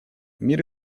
мир